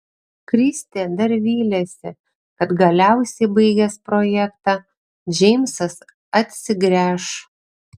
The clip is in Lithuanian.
kristė dar vylėsi kad galiausiai baigęs projektą džeimsas atsigręš